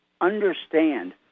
understand